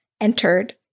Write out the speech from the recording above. entered